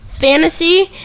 Fantasy